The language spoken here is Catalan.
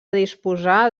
disposar